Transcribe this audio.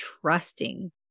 trusting